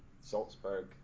Salzburg